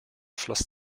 floss